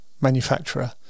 manufacturer